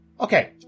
Okay